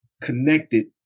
connected